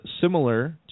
similar